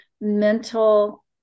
mental